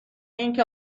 اینکه